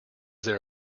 there